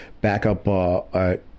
backup